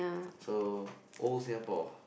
so old Singapore